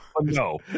no